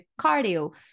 cardio